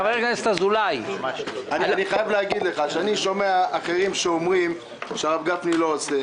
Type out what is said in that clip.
אני חייב להגיד לך שאני שומע אחרים שאומרים שהרב גפני לא עושה.